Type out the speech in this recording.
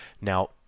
Now